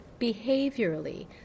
Behaviorally